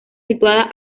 situada